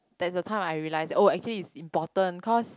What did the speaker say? that's the time I realise it oh actually is important cause